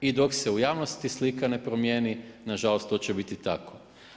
I dok se u javnosti slika ne promijeni, nažalost to će biti tako.